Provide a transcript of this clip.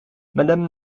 madame